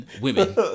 women